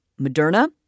Moderna